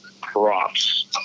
crops